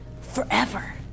forever